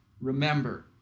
Remember